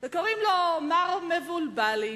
וקוראים לו מר מבולבלי.